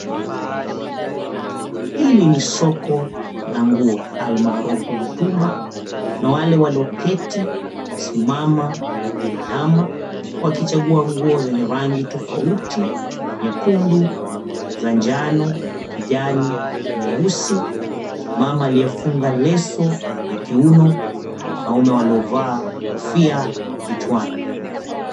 Hili ni soko la nguo almarufu mitumba na wale waloketi, wamesimama, wameinama wakichagua nguo zenye rangi tofauti, nyekundu za njano, kijani, nyeusi. Mama aliyefunga leso kwenye kiuno, wanaume waliovaa kofia vichwani.